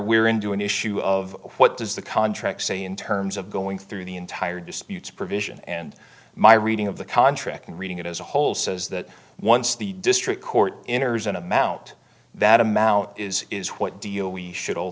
we're into an issue of what does the contract say in terms of going through the entire disputes provision and my reading of the contract and reading it as a whole says that once the district court enters and i'm out that amount is is what do you we should